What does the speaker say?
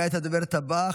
וכעת הדוברת הבאה,